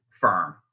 firm